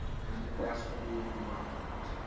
and and that's what we will be working towards.